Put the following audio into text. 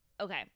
Okay